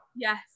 Yes